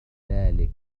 ذلك